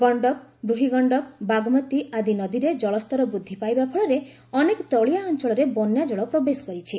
ଗଣ୍ଡକ ବୂହି ଗଣ୍ଡକ ବାଗମତୀ ଆଦି ନଦୀରେ ଜଳସ୍ତର ବୃଦ୍ଧି ପାଇବା ଫଳରେ ଅନେକ ତଳିଆ ଅଞ୍ଚଳରେ ବନ୍ୟାଜଳ ପ୍ରବେଶ କରିଛି